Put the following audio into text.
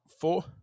four